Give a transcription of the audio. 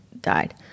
died